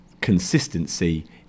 consistency